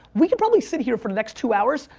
we could probably sit here for the next two hours,